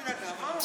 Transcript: הבן אדם.